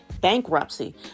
bankruptcy